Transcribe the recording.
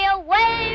away